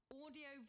audio